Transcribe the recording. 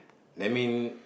that mean